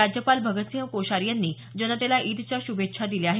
राज्यपाल भगतसिंह कोश्यारी यांनी जनतेला ईदच्या शुभेच्छा दिल्या आहेत